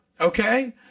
Okay